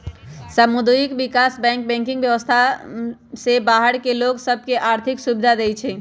सामुदायिक विकास bank banking व्यवस्था से बाहर के लोग सभ के आर्थिक सुभिधा देँइ छै